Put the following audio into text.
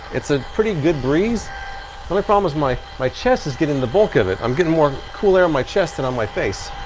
it's a pretty good breeze. the only problem is my my chest is getting the bulk of it. i'm getting more cool air on my chest than on my face.